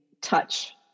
touch